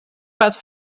path